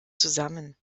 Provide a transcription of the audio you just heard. zusammen